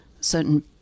certain